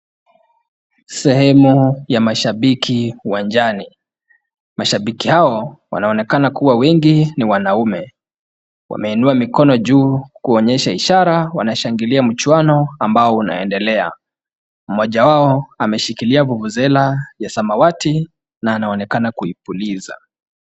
Sehemu ya mashabiki uwanjani. Mashabiki hawa wanaonekana kuwa wengi ni wanaume. Wameinua mikono juu kuonyesha ishara wanashangilia mchuano ambao unaendelea. Mmoja wao ameshikilia vuvuzela ya samawati na anaonekana kuipuliza.